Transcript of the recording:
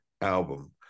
album